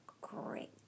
great